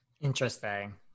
interesting